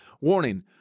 warning